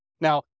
Now